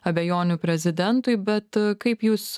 abejonių prezidentui bet kaip jūs